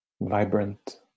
vibrant